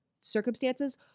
circumstances